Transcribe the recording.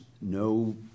no